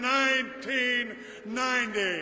1990